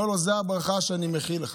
אומר לו, זאת הברכה שאני מכין לך.